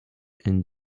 and